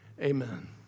amen